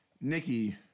Nikki